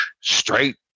straight